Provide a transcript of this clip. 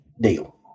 deal